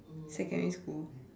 secondary school